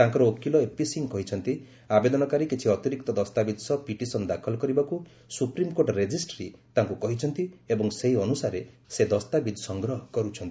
ତାଙ୍କର ଓକିଲ ଏପି ସିଂ କହିଛନ୍ତି ଆବେଦନକାରୀ କିଛି ଅତିରିକ୍ତ ଦସ୍ତାବିଜ ସହ ପିଟିସନ ଦାଖଲ କରିବାକୁ ସୁପ୍ରମିକୋର୍ଟ ରେଜିଷ୍ଟ୍ରି ତାଙ୍କୁ କହିଛନ୍ତି ଏବଂ ସେହି ଅନୁସାରେ ସେ ଦସ୍ତାବିଜ ସଂଗ୍ରହ କରୁଛନ୍ତି